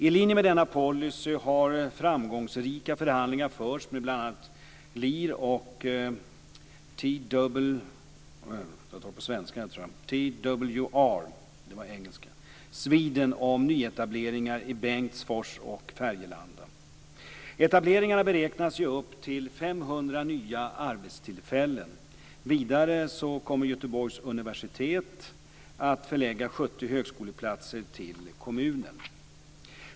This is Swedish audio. I linje med denna policy har framgångsrika förhandlingar förts med bl.a. Lear och TWR-Sweden om nyetableringar i Bengtsfors och Färgelanda. Etableringarna beräknas ge upp till 500 nya arbetstillfällen. Vidare kommer Göteborgs universitet att förlägga 70 högskoleplatser till kommunen.